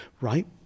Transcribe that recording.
right